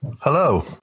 Hello